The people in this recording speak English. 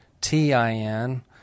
TIN